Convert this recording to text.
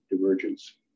divergence